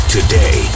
Today